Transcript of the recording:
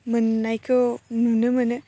मोन्नायखौ नुनो मोनो